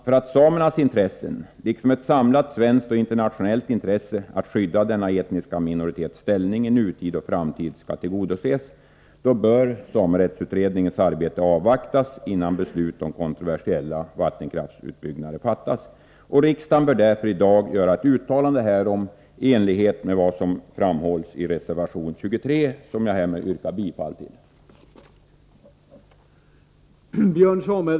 För att samernas intressen liksom ett samlat svenskt och internationellt intresse att skydda denna etniska minoritets ställning i nutid och framtid skall tillgodoses bör samerättsutredningens arbete avvaktas innan beslut om kontroversiella vattenkraftsutbyggnader fattas. Riksdagen bör därför i dag göra ett uttalande härom i enlighet med vad som framhålls i reservation 23, som jag härmed yrkar bifall till.